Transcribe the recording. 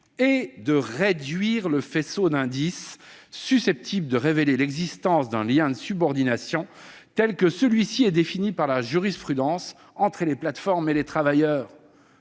est de « réduire le faisceau d'indices susceptibles de révéler l'existence d'un lien de subordination, tel que celui-ci est défini par la jurisprudence, entre les plateformes et les travailleurs,